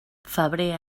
febrer